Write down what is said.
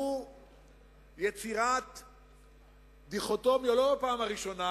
הוא יצירת דיכוטומיה, לא בפעם הראשונה,